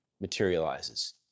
materializes